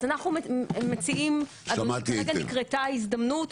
אז אנחנו מציעים, אדוני, כרגע נקרתה הזדמנות.